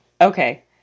okay